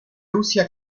russia